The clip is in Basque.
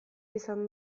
izan